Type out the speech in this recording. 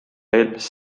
eelmise